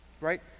right